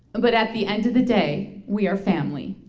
but at the end of the day, we are family.